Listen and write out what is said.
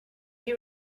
you